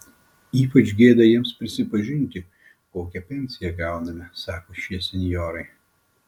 ypač gėda jiems prisipažinti kokią pensiją gauname sako šie senjorai